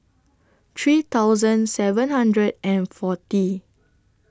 three thousand seven hundred and forty